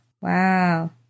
Wow